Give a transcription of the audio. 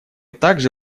также